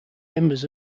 members